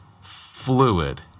fluid